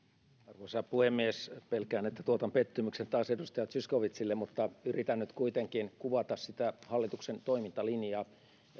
arvoisa puhemies pelkään että tuotan pettymyksen taas edustaja zyskowiczille mutta yritän nyt kuitenkin kuvata sitä hallituksen toimintalinjaa